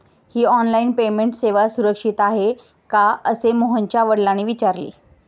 ही online payment सेवा सुरक्षित आहे का असे मोहनच्या वडिलांनी विचारले